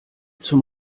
zum